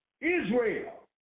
Israel